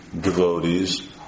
devotees